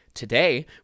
Today